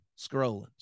scrolling